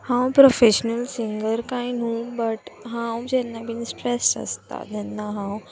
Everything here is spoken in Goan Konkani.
हांव प्रोफेशनल सिंगर कांय न्हू बट हांव जेन्ना बीन स्ट्रेस्ट आसता तेन्ना हांव